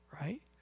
right